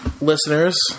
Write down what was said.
listeners